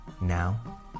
Now